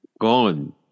Gone